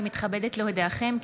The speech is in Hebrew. הינני מתכבדת להודיעכם,